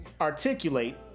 articulate